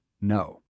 no